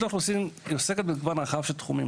האוכלוסין עוסקת במגוון רחב של תחומים,